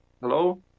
Hello